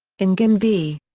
in guinn v.